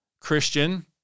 Christian